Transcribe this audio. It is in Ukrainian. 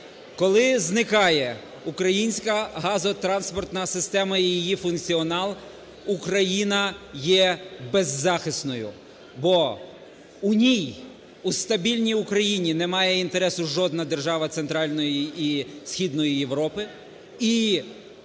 Коли зникає українська газотранспортна система і її функціонал – Україна є беззахисною. Бо у ній, у стабільній Україні немає інтересу жодна держава Центральної і Східної Європи.